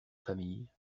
famille